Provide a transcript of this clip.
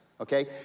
okay